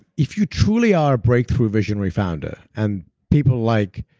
if you truly are a breakthrough visionary founder and people like.